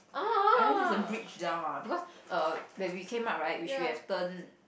and there's a bridge down because err when we came out right we should have turn